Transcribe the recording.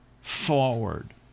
forward